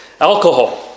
alcohol